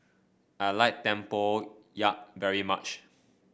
I like tempoyak very much